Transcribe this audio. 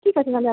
ঠিক আছে তাহলে